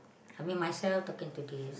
I mean myself talking to this